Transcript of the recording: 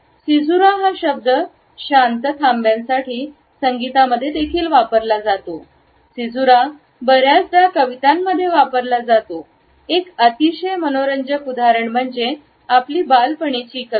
caesura हा शब्द शांत थांब्यासाठी संगीतामध्ये देखील वापरला जातो सीझुरा बर्याचदा कवितांमध्ये वापरला जातो एक अतिशय मनोरंजक उदाहरण म्हणजे आपल्या बालपणीच्या कविता